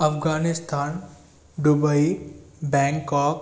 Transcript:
Afghanistan Dubai Bangkok